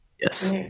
yes